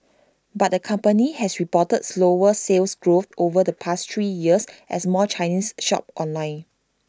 but the company has reported slower Sales Growth over the past three years as more Chinese shop online